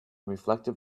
reflective